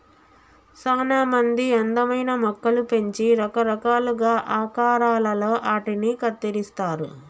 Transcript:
సానా మంది అందమైన మొక్కలు పెంచి రకరకాలుగా ఆకారాలలో ఆటిని కత్తిరిస్తారు